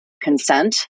consent